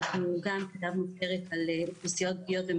נכון בהחלט שנפעל להכניס פנימה את משרד הבריאות,